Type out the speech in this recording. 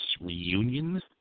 reunion